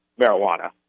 marijuana